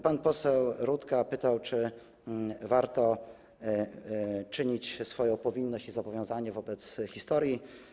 Pan poseł Rutka pytał, czy warto czynić swoją powinność i zobowiązanie wobec historii.